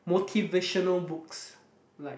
motivational books like